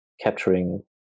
capturing